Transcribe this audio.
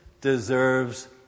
deserves